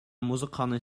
музыканы